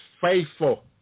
faithful